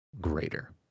greater